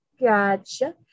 gotcha